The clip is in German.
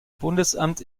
bundesamt